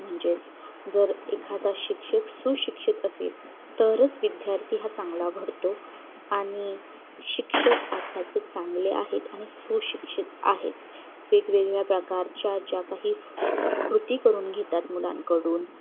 म्हणजेच जर एखादा शिक्षक सुशिक्षित असेल तरच विद्यार्थी हा चांगला घडतो आणि शिक्षक आत्ताचे चांगले आहेत आणि सुशिक्षित आहेत वेगवेगळ्या प्रकारच्या ज्या काही कृती करून घेतात मुलांकडून